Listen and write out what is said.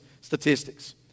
statistics